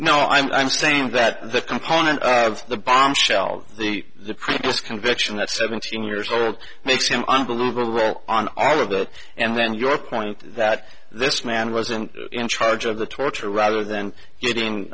no i'm saying that the component of the bombshell the produce conviction at seventeen years old makes him unbelievable on all of that and then your point that this man wasn't in charge of the torture rather than getting